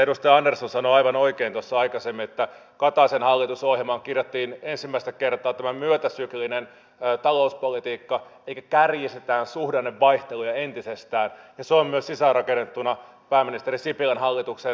edustaja andersson sanoi aivan oikein tuossa aikaisemmin että kataisen hallitusohjelmaan kirjattiin ensimmäistä kertaa tämä myötäsyklinen talouspolitiikka elikkä kärjistetään suhdannevaihteluja entisestään ja se on sisäänrakennettuna myös pääministeri sipilän hallituksen ohjelmaan